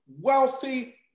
wealthy